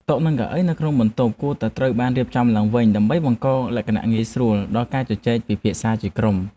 តុនិងកៅអីនៅក្នុងបន្ទប់រៀនគួរតែត្រូវបានរៀបចំឡើងវិញដើម្បីបង្កលក្ខណៈងាយស្រួលដល់ការជជែកពិភាក្សាជាក្រុម។